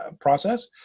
process